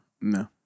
No